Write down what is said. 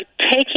taking